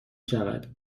شود